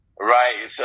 right